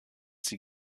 sie